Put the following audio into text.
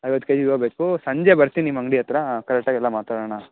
ಐವತ್ತು K G ಹೂವು ಬೇಕು ಸಂಜೆ ಬರ್ತೀನಿ ನಿಮ್ಮ ಅಂಗಡಿ ಹತ್ತಿರ ಕರೆಕ್ಟ್ ಆಗಿ ಎಲ್ಲ ಮಾತಾಡೋಣ